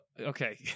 Okay